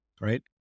right